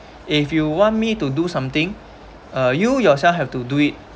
if you want me to do something ah you yourself have to do it